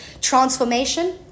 transformation